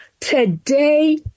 today